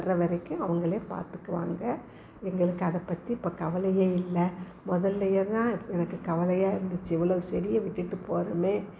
வர்ற வரைக்கும் அவர்களே பார்த்துக்குவாங்க எங்களுக்கு அதை பற்றி இப்போ கவலையே இல்லை முதலில் என்ன எனக்கு கவலையாக இருந்துச்சு இவ்வளோ செடியை விட்டுட்டு போகிறமே